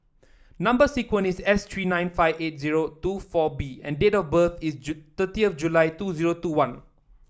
number sequence is S three nine five eight zero two four B and date of birth is thirtieth July two zero two one